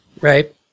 Right